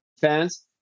fans